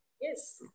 Yes